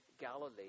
Galilee